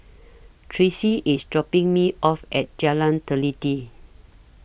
Tracie IS dropping Me off At Jalan Teliti